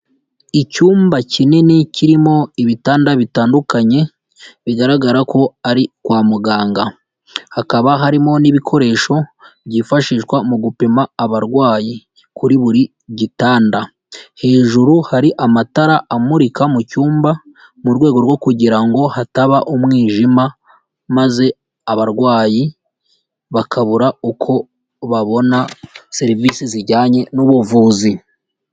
Icyumba kinini kirimo ibitanda bitandukanye bigaragara ko ari kwa muganga, hakaba harimo n'ibikoresho byifashishwa mu gupima abarwayi kuri buri gitanda, hejuru hari amatara amurika mu cyumba mu rwego rwo kugirango hataba umwijima maze abarwayi bakabura uko babona serivisi zijyanye n'ubuvuzi.